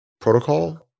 Protocol